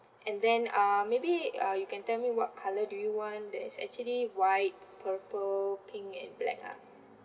and then um maybe uh you can tell me what colour do you want there's actually white purple pink and black lah